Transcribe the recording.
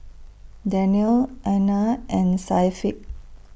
Daniel Aina and Syafiq